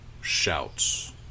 shouts